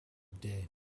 day